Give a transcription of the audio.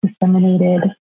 disseminated